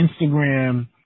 Instagram